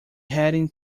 heading